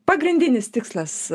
pagrindinis tikslas